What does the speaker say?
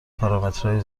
پارامترهای